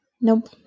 Nope